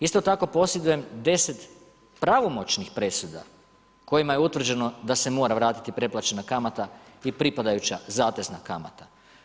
Isto tako posjedujem 10 pravomoćnih presuda, kojima je utvrđeno da se mora vratiti preplaćena kamata i pripadajuća zatezna kamata.